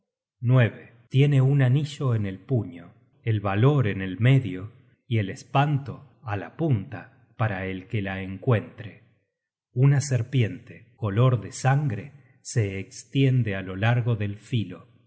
tiene un anillo en el puño el valor enel medio y el espanto á la punta para el que la encuentre una serpiente color de sangre se estiende á lo largo del filo